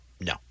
No